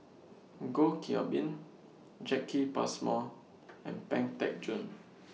Goh Qiu Bin Jacki Passmore and Pang Teck Joon